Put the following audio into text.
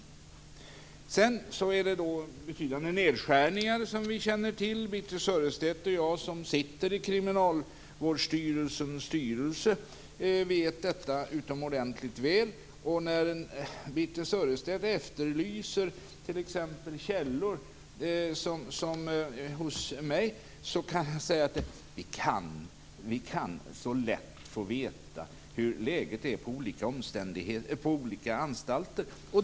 Sedan har det varit betydande nedskärningar, som vi känner till. Birthe Sörestedt och jag som sitter i styrelsen för Kriminalvårdsstyrelsen vet detta utomordentligt väl. När Birthe Sörestedt efterlyser källor kan jag säga att vi så lätt kan få veta hur läget är på olika anstalter.